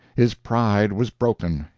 his pride was broken,